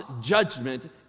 judgment